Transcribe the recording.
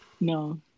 No